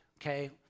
okay